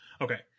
okay